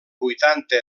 vuitanta